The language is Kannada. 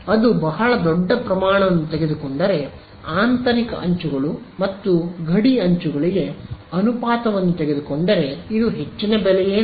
ಅದು ಬಹಳ ದೊಡ್ಡ ಪ್ರಮಾಣವನ್ನು ತೆಗೆದುಕೊಂಡರೆ ಆಂತರಿಕ ಅಂಚುಗಳು ಮತ್ತು ಗಡಿ ಅಂಚುಗಳಿಗೆ ಅನುಪಾತವನ್ನು ತೆಗೆದುಕೊಂಡರೆ ಇದು ಹೆಚ್ಚಿನ ಬೆಲೆಯಲ್ಲ